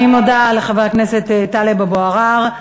אני מודה לחבר הכנסת טלב אבו עראר.